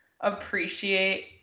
appreciate